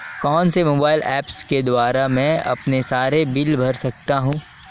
कौनसे mobile apps के द्वारा मैं अपने सारे बिल भर सकता हूं?